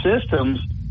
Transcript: systems